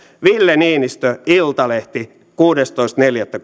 ville niinistö iltalehti kuudestoista neljättä